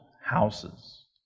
houses